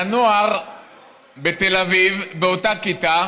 והנוער בתל אביב באותה כיתה